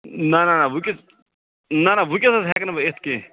نہَ نہَ نہَ ؤنکٮ۪س نَہ نہَ نہَ ؤنکٮ۪س حظ ہٮ۪کہٕ نہٕ بہٕ یِتھ کیٚنٛہہ